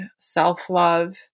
self-love